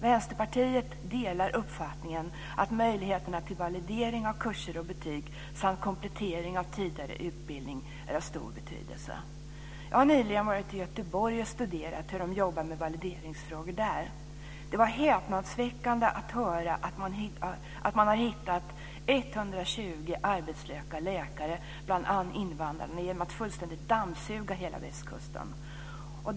Vänsterpartiet delar uppfattningen att möjligheterna till validering av kurser och betyg samt komplettering av tider i utbildning är av stor betydelse. Jag har nyligen varit i Göteborg och studerat hur man jobbar med valideringsfrågor där. Det var häpnadsväckande att höra att man har hittat 120 arbetslösa läkare bland invandrare genom att fullständigt dammsuga hela västkusten.